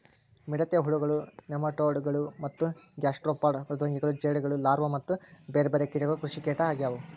ಮಿಡತೆ ಹುಳಗಳು, ನೆಮಟೋಡ್ ಗಳು ಮತ್ತ ಗ್ಯಾಸ್ಟ್ರೋಪಾಡ್ ಮೃದ್ವಂಗಿಗಳು ಜೇಡಗಳು ಲಾರ್ವಾ ಮತ್ತ ಬೇರ್ಬೇರೆ ಕೇಟಗಳು ಕೃಷಿಕೇಟ ಆಗ್ಯವು